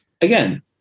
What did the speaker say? again